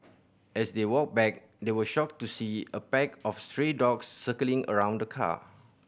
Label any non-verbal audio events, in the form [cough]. as they walked back they were shocked to see [unintelligible] a pack of stray dogs circling around the car